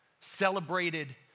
celebrated